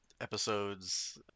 episodes